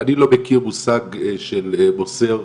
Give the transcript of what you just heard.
אני לא מכיר מושג של 'מוסר',